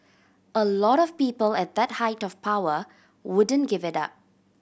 a lot of people at that height of power wouldn't give it up